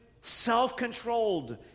self-controlled